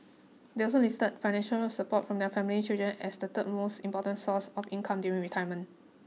they also listed financial support from their family children as the third most important source of income during retirement